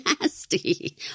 nasty